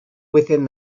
within